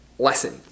lesson